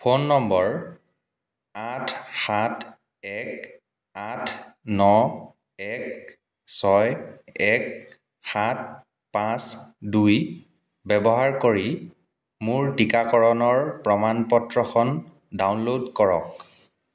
phone নম্বৰ আঠ সাত এক আঠ ন এক ছয় এক সাত পাঁচ দুই ব্যৱহাৰ কৰি মোৰ টীকাকৰণৰ প্ৰমাণ পত্ৰখন ডাউনল'ড কৰক